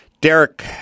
Derek